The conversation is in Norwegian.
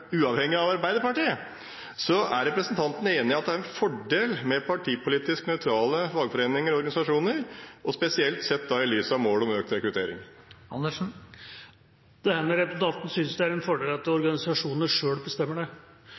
uavhengig av Arbeiderpartiet? Er representanten enig i at det er en fordel med partipolitisk nøytrale fagforeninger og organisasjoner – spesielt sett i lys av målet om økt rekruttering? Denne representanten synes det er en fordel at organisasjonene selv bestemmer det.